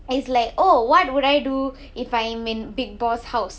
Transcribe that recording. it's like oh what would I do if I'm in bigg boss house